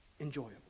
enjoyable